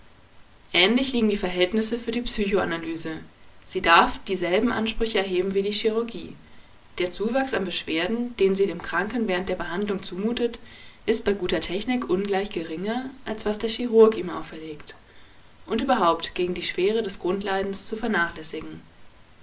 ähnlich liegen die verhältnisse für die psychoanalyse sie darf dieselben ansprüche erheben wie die chirurgie der zuwachs an beschwerden den sie dem kranken während der behandlung zumutet ist bei guter technik ungleich geringer als was der chirurg ihm auferlegt und überhaupt gegen die schwere des grundleidens zu vernachlässigen